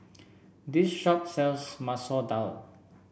this shop sells Masoor Dal